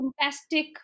fantastic